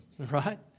Right